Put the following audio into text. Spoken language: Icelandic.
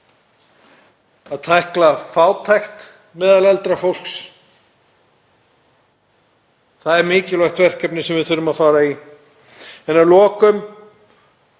að tækla fátækt meðal eldra fólks, það er mikilvægt verkefni sem við þurfum að fara í. Að lokum